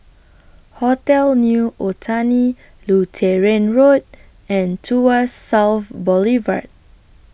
Hotel New Otani Lutheran Road and Tuas South Boulevard